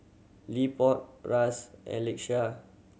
Leopold Ras and Lakeshia